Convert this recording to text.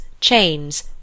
chains